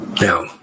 Now